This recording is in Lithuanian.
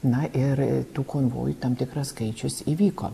na ir tų konvojų tam tikras skaičius įvyko